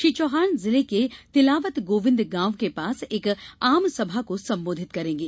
श्री चौहान जिले के तिलावत गोविंद गांव के पास एक आम सभा को संबोधित करेंगे